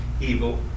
evil